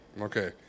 Okay